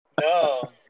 no